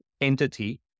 entity